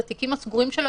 את התיקים הסגורים שלו,